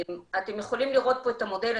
אתם יכולים לראות פה את המודל,